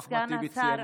כבוד סגן השר,